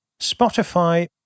Spotify